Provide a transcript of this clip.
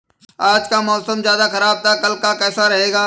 आज का मौसम ज्यादा ख़राब था कल का कैसा रहेगा?